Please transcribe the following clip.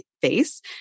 face